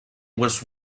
was